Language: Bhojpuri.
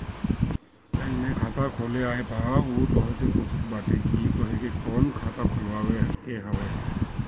बैंक में खाता खोले आए पअ उ तोहसे पूछत बाटे की तोहके कवन खाता खोलवावे के हवे